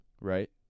right